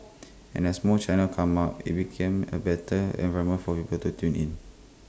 and as more channels come up IT becomes A better environment for people tune in